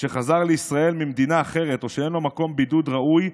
שחזר לישראל ממדינה אחרת או שאין לו מקום בידוד ראוי,